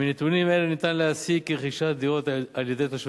מנתונים אלה ניתן להסיק כי רכישת דירות על-ידי תושבי